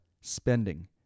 spending